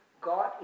God